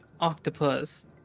octopus